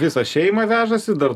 visą šeimą vežasi dar